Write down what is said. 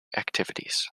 activities